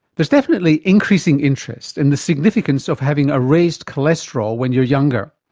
there's definitely increasing interest in the significance of having a raised cholesterol when you're younger.